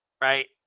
right